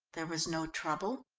there was no trouble?